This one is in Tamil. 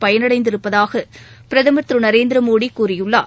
பயனடைந்திருப்பதாக பிரதமர் திரு நரேந்திரமோடி கூறியுள்ளார்